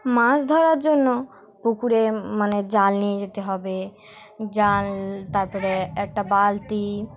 মাছ ধরার জন্য পুকুরে মানে জাল নিয়ে যেতে হবে জাল তারপরে একটা বালতি